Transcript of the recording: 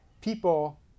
people